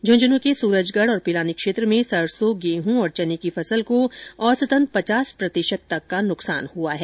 झुंझुनू के सूरजगढ़ और पिलानी क्षेत्र में सरसों गेहूं और चने की फसल को औसतन पचास प्रतिशत तक का नुकसान हुआ है